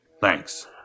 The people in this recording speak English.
Thanks